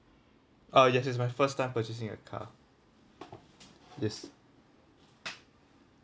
uh yes it's my first time purchasing a car yes